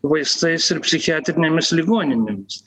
vaistais ir psichiatrinėmis ligoninėmis